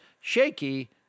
Shaky